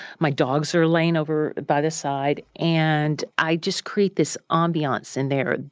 my dogs are laying over by the side. and i just create this ambiance in there.